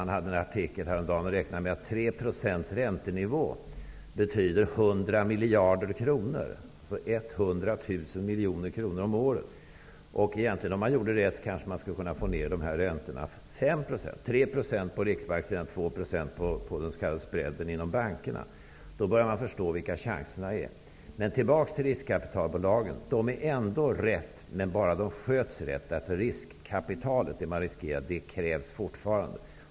I en artikel häromdagen räknade han med att 100 000 miljoner kronor, om året. Om man gjorde rätt skulle man kanske få ner räntorna 5 %-- 3 % när det gäller Riksbanken och 2 % när det gäller bankerna. Då börjar man förstå vilka chanser som finns. Tillbaka till riskkapitalbolagen. De är riktiga, om de bara sköts rätt. Riskkapitalet, dvs. det man riskerar, krävs nämligen fortfarande.